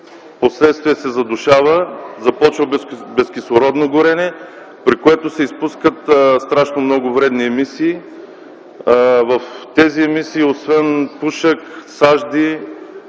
впоследствие се задушава – започва безкислородно горене, при което се изпускат страшно много вредни емисии. В тези емисии, освен пушек, сажди,